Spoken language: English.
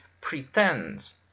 pretends